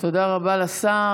תודה רבה לשר.